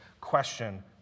question